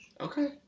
Okay